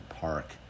Park